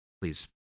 please